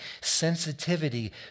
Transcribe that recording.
Sensitivity